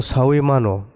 Sawimano